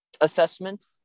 assessment